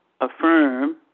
affirm